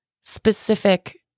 specific